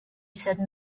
said